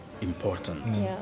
important